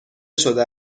شده